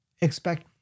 expect